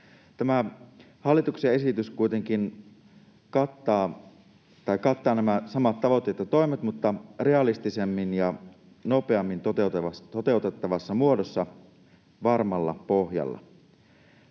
Tämä hallituksen esitys kuitenkin kattaa nämä samat tavoitteet ja toimet, mutta realistisemmin ja nopeammin toteutettavassa muodossa, varmalla pohjalla.